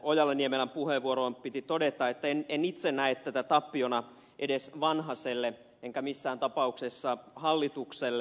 ojala niemelän puheenvuoroon piti todeta että en itse näe tätä tappiona edes vanhaselle enkä missään tapauksessa hallitukselle